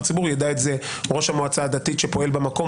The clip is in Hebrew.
ידע את זה ראש המועצה הדתית שפועל במקום.